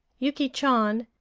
yuki chan,